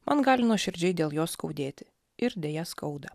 man gali nuoširdžiai dėl jos skaudėti ir deja skauda